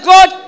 God